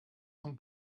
son